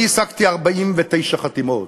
אני השגתי 49 חתימות: